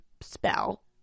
spell